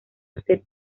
usted